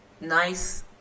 Nice